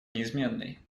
неизменной